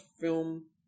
film